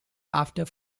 after